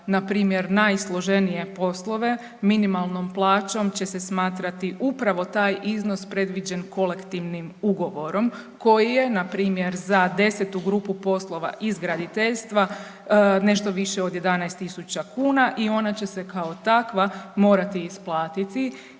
npr. najsloženije poslove minimalnom plaćom će se smatrati upravo taj iznos predviđen kolektivnim ugovorom koji je npr. za 10 grupu poslova iz graditeljstva nešto viši od 11.000 kuna i ona će se kao takva morati isplatiti